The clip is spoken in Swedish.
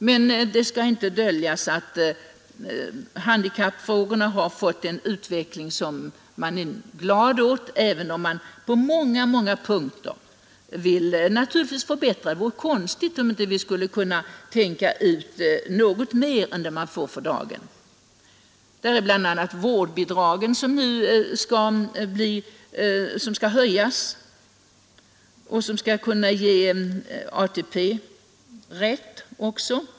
Det skall emellertid inte fördöljas att utvecklingen när det gäller handikappfrågorna har varit mycket glädjande, även om man naturligtvis på många punkter skulle vilja förbättra ytterligare. Det vore ju konstigt om man inte kunde tänka ut något mer än man får för dagen. Där tänker jag bl.a. på vårdbidragen som nu skall höjas och som också skall kunna ge rätt till ATP.